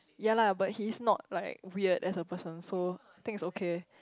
ya lah but he's not like weird as a person so think it's okay